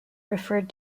referred